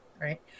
right